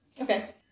Okay